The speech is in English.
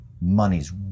money's